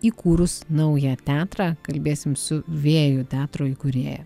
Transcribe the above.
įkūrus naują teatrą kalbėsim su vėjų teatro įkūrėja